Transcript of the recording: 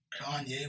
Kanye